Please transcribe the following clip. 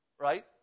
right